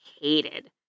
hated